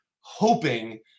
hoping